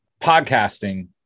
podcasting